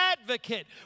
advocate